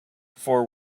fore